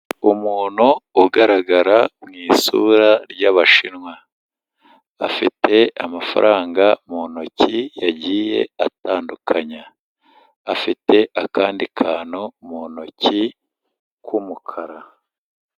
Umuntu ugaragara mw,isura y'abashinwa afite amafaranga mu ntoki yagiye atandukanya afite akandi kantu mu ntoki kumukara.